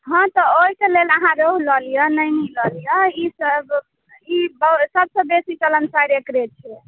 हँ तऽ ओहि के लेल अहाँ रोहु लऽ लिअ नैनी लऽ लिअ ईसभ ई बर सभसँ बेसी चलनसारि एकरे छै